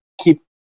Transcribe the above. keep